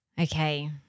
Okay